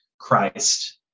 Christ